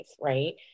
right